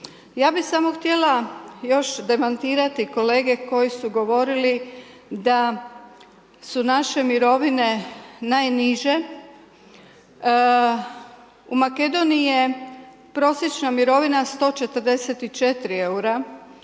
Ja bi samo htjela još demantirati kolege koji su govorili da su naše mirovine najniže. U Makedonije je prosječna mirovina 144 eura,